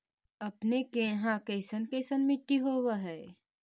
अपने के यहाँ कैसन कैसन मिट्टी होब है?